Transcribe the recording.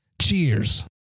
Cheers